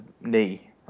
knee